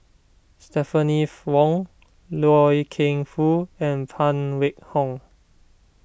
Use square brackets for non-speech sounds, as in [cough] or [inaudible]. Stephanie [noise] Wong Loy Keng Foo and Phan Wait Hong